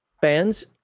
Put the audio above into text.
fans